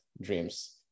dreams